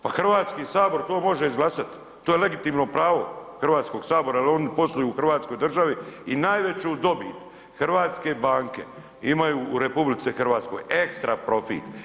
Pa HS to može izglasat, to je legitimno pravo HS-a jel oni posluju u Hrvatskoj državi i najveću dobit hrvatske banke imaju u RH, ekstra profit.